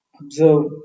observe